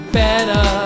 better